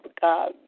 God